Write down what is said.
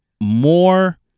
more